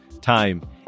time